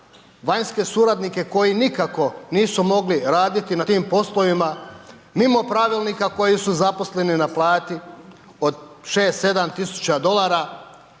vanjske suradnike koji nikako nisu mogli raditi na tim poslovima mimo pravilnika koji su zaposleni na plati od 6, 7 tisuća dolara,